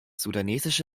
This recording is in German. sudanesische